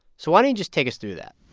so why don't you just take us through that?